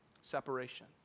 separation